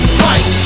fight